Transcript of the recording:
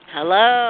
Hello